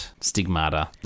stigmata